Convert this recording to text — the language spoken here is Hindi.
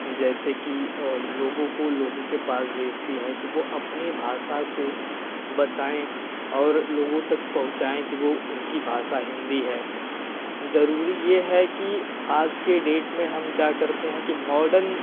जैसे कि लोगों को लोगों के पास भेजती है कि वह अपनी भाषा को बताएँ और लोगों तक पहुँचाएँ कि वह उनकी भाषा हिंदी है ज़रूरी यह है कि आज के डेट में हम क्या करते हैं कि मॉडर्न